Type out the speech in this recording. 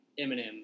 Eminem